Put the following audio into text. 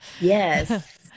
Yes